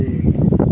ᱡᱮ